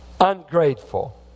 Ungrateful